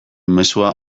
mezua